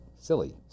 Silly